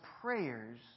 prayers